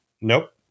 Nope